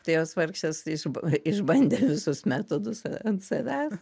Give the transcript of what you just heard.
tai jos vargšės iš išbandė visus metodus ant savęs